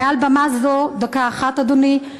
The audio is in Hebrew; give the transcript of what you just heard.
דקה אחת, אדוני.